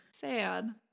Sad